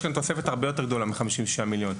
יש כאן תוספת הרבה יותר גדולה מ-56 מיליון.